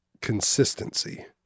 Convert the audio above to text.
consistency